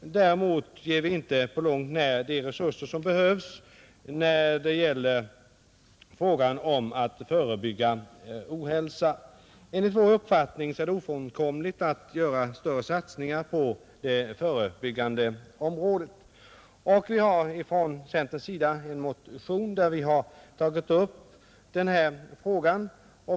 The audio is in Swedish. Däremot ger det inte på långt när de resurser som behövs när det gäller att förebygga ohälsa. Enligt vår uppfattning är det ofrånkomligt att göra större satsningar på det förebyggande området. Vi har från centerpartiets sida väckt en motion där vi har tagit upp den här frågan.